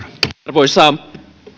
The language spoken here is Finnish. arvoisa